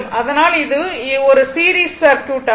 அதனால் இது ஒரு சீரிஸ் சர்க்யூட் ஆகும்